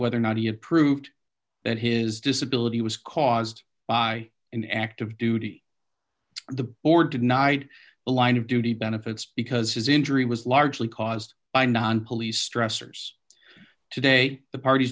whether or not he had proved that his disability was caused by an active duty the board tonight line of duty benefits because his injury was largely caused by non police stressors today the part